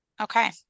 Okay